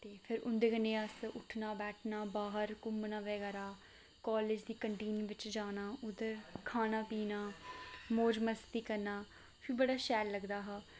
ते फिर उं'दे कन्नै गै अस उट्ठना बैठना बाह्र घुम्मना बगैरा कॉलेज दी कंटीन बिच जाना उद्धर खाना पीना मौज मस्ती करना फ्ही बड़ा शैल लगदा हा